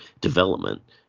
development